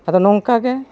ᱟᱫᱚ ᱱᱚᱝᱠᱟᱜᱮ